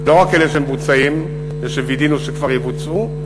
לא רק אלה שמבוצעים ושווידאנו שכבר יבוצעו,